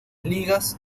ligas